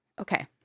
Okay